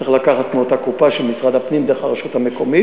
אם יש איום כזה צריך לקחת מאותה קופה של משרד הפנים דרך הרשות המקומית.